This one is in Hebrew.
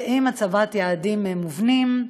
עם הצבת יעדים מובנים,